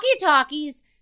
talkies